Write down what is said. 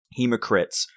Hemocrits